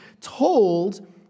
told